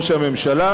הממשלה,